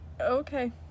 Okay